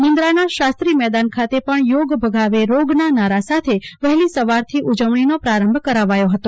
મુન્દ્રાના શાસ્ત્રી મેદાન ખાતે પણ યોગ ભગાવે રોગ ના નારા સાથે વહેલી સવારેથી ઉજવણી નો પ્રારંભ કરાવાયો હતો